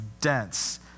dense